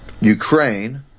Ukraine